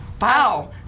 Wow